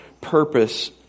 purpose